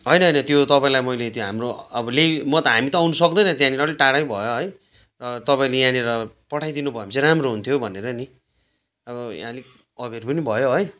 होइन होइन त्यो तपाईँलाई मैले त्यो हाम्रो अब ल्याइ हामी त आउनु सक्दैन त्यहाँनिर अलिक टाढै भयो है तपाईँले यहाँनिर पठाइदिनु भयो भने चाहिँ राम्रो हुन्थ्यो भनेर नि अब यहाँ अलिक अबेर पनि भयो है